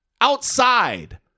outside